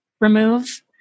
remove